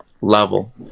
level